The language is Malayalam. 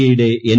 എ യുടെ എൻ